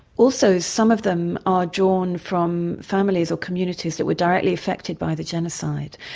also some of them are drawn from families or communities that were directly affected by the genocide.